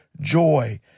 joy